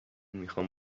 میخوام